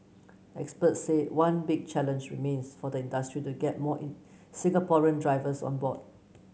experts said one big challenge remains for the industry to get more in Singaporean drivers on board